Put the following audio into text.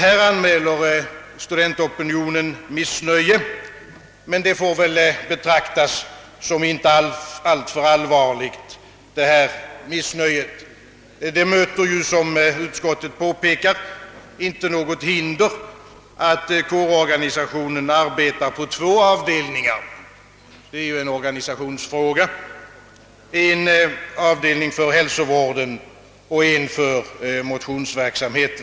Härvidlag anmäler studentopinionen missnöje, men detta får väl inte betraktas som alltför allvarligt. Det möter ju, som utskottet påpekar, inte något hinder, att kårorganisationen arbetar på två avdelningar — en avdelning för hälsovården och en för motionsverksamheten.